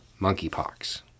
monkeypox